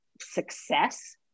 success